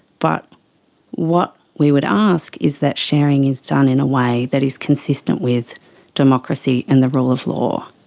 but what we would ask is that sharing is done in a way that is consistent with democracy and the rule of law.